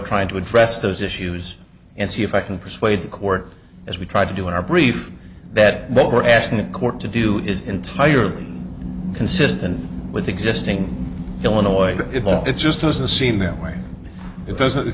trying to address those issues and see if i can persuade the court as we try to do in our brief that what we're asking the court to do is entirely consistent with existing illinois it well it just doesn't seem that way it doesn't